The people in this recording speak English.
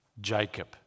Jacob